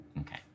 Okay